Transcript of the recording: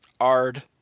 Ard